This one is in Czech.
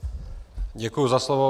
Děkuji za slovo.